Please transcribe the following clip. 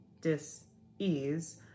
dis-ease